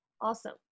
Awesome